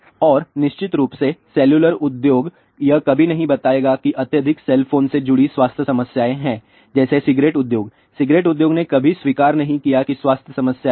और निश्चित रूप से सेलुलर उद्योग यह कभी नहीं बताएगा कि अत्यधिक सेल फोन से जुड़ी स्वास्थ्य समस्याएं हैं जैसे सिगरेट उद्योग सिगरेट उद्योग ने कभी स्वीकार नहीं किया कि स्वास्थ्य समस्याएं हैं